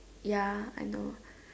ya I know